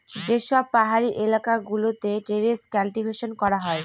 যে সব পাহাড়ি এলাকা গুলোতে টেরেস কাল্টিভেশন করা হয়